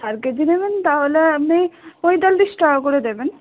চার কেজি নেবেন তাহলে আপনি পঁয়তাল্লিশ টাকা করে দেবেন